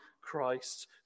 Christ